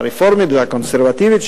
הרפורמית והקונסרבטיבית,